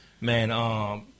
Man